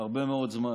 הרבה מאוד זמן.